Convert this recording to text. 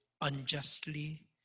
unjustly